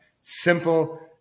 Simple